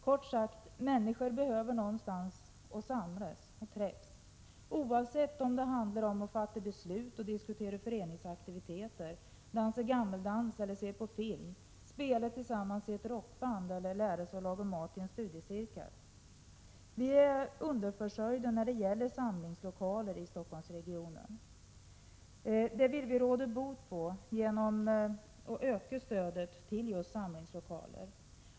Kort sagt — människor behöver någonstans att samlas, oavsett om det handlar om att fatta beslut och diskutera föreningsaktiviteter, dansa gammaldans eller se på film, spela tillsammans i ett rockband eller lära sig laga mat i en studiecirkel. Vi är underförsörjda när det gäller samlingslokaler i Stockholmsregionen. Vi vill råda bot på det genom att stödet till samlingslokaler ökas.